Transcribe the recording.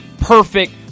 perfect